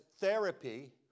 therapy